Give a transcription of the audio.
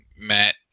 Matt